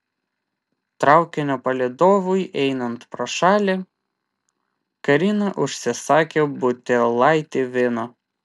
traukinio palydovui einant pro šalį karina užsisakė butelaitį vyno